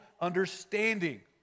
understanding